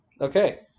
Okay